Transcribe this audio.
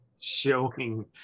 showing